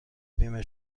بیمه